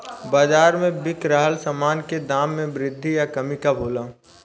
बाज़ार में बिक रहल सामान के दाम में वृद्धि या कमी कब होला?